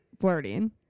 flirting